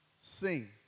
sing